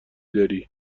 داری